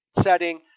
setting